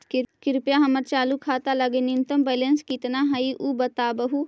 कृपया हमर चालू खाता लगी न्यूनतम बैलेंस कितना हई ऊ बतावहुं